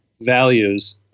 values